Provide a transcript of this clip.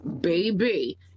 baby